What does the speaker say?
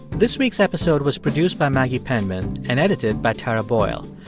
this week's episode was produced by maggie penman and edited by tara boyle.